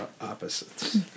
opposites